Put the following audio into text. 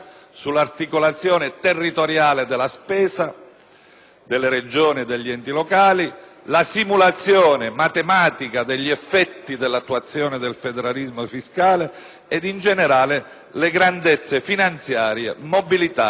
delle Regioni e degli enti locali, la simulazione matematica degli effetti dell'attuazione del federalismo fiscale e, in generale, le grandezze finanziarie mobilitate dal federalismo che stiamo progettando e l'impatto